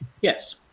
Yes